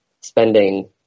spending